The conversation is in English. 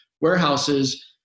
warehouses